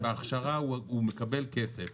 בהכשרה הוא מקבל כסף.